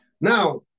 Now